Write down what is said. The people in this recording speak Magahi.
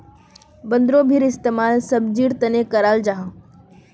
बन्द्गोभीर इस्तेमाल सब्जिर तने कराल जाहा